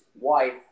wife